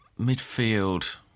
midfield